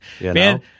man